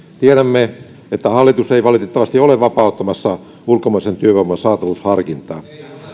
tiedämme että hallitus ei valitettavasti ole vapauttamassa ulkomaisen työvoiman saatavuusharkintaa